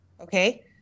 Okay